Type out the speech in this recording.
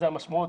המשמעות.